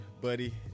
buddy